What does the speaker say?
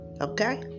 Okay